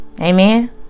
Amen